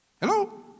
Hello